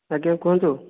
ଆଜ୍ଞା କୁହନ୍ତୁ